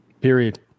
Period